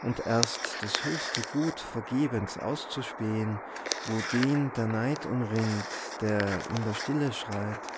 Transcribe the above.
um erst das höchste gut vergebens auszuspähen wo den der neid umringt der in der stille schreit